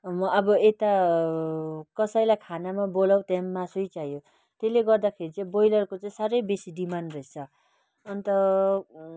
म अब यता कसैलाई खानामा बोलाउँ त्यहाँ मासु चाहियो त्यसले गर्दाखेरि चाहिँ ब्रोइलरको चाहिँ साह्रै बेसी डिमान्ड रहेछ अन्त